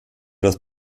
das